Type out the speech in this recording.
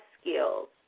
skills